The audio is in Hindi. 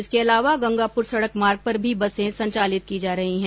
इसके अलावा गंगापुर सड़क मार्ग पर भी बसे संचालित की जा रही हैं